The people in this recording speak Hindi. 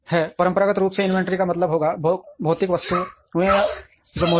परंपरागत रूप से इन्वेंट्री का मतलब होगा भौतिक वस्तुएं जो मौजूद हैं